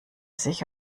sich